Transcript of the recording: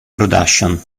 productions